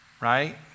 right